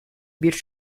bir